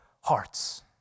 hearts